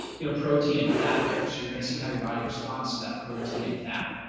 you know protein and fat there. so you're going to see how your body responds to that protein and fat.